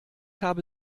habe